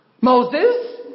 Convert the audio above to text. Moses